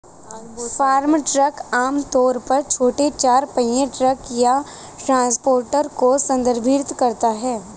farm truck आम तौर पर छोटे चार पहिया ट्रक या ट्रांसपोर्टर को संदर्भित करता है